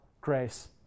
grace